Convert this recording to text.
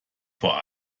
vor